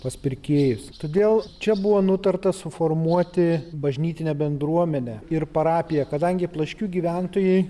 pas pirkėjus todėl čia buvo nutarta suformuoti bažnytinę bendruomenę ir parapiją kadangi plaškių gyventojai